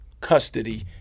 custody